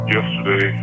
Yesterday